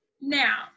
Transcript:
Now